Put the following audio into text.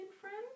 friend